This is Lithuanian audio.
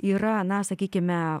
yra na sakykime